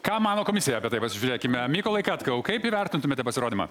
ką mano komisija apie tai pasižiūrėkime mykolai katkau kaip įvertintumėte pasirodymą